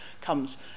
comes